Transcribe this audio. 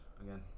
again